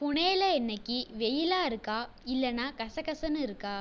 புனேவிலே இன்றைக்கு வெயிலாக இருக்கா இல்லைன்னா கசகசன்னு இருக்கா